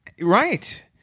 Right